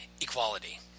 Equality